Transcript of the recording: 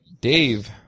Dave